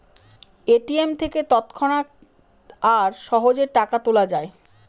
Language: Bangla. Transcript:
এ.টি.এম থেকে তৎক্ষণাৎ আর সহজে টাকা তোলা যায়